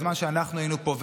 בזמן שאנחנו היינו פה,